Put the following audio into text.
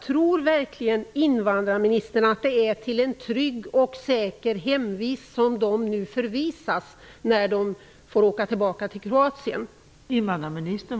Tror verkligen invandrarministern att dessa personer nu hänvisas till en trygg och säker hemvist när de får åka tillbaka till Kroatien?